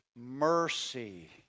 mercy